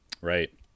Right